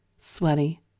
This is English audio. sweaty